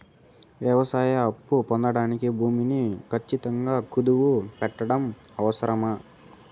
వ్యవసాయ అప్పు పొందడానికి భూమిని ఖచ్చితంగా కుదువు పెట్టడం అవసరమా?